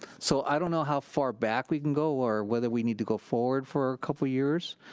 so, i don't know how far back we can go or whether we need to go forward for a couple years,